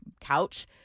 couch